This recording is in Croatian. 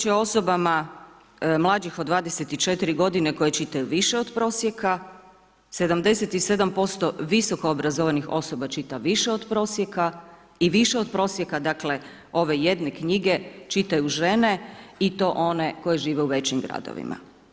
Riječ je o osobama mlađih od 24 godine koji čitaju više od prosjeka, 77% visoko obrazovanih osoba čita više od prosjeka i više od prosjeka dakle ove jedne knjige čitaju žene i to one koje žive u većim gradovima.